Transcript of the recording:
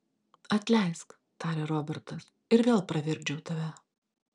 atleisk tarė robertas ir vėl pravirkdžiau tave